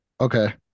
Okay